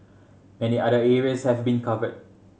many other areas have been covered